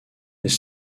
les